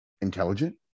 intelligent